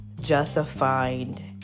justified